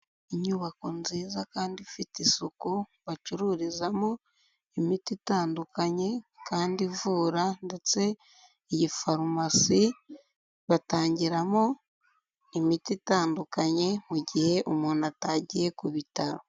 Inyubako nziza kandi ifite isuku, bacururizamo imiti itandukanye kandi ivura ndetse iyi farumasi batangiramo imiti itandukanye mu gihe umuntu atagiye ku bitaro.